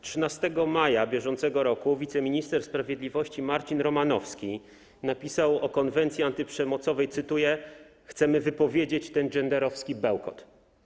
13 maja br. wiceminister sprawiedliwości Marcin Romanowski napisał o konwencji antyprzemocowej, cytuję: chcemy wypowiedzieć ten genderowski bełkot.